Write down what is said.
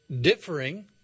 differing